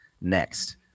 next